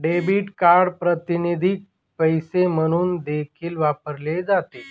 debit card प्रातिनिधिक पैसे म्हणून देखील वापरले जाते